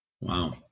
Wow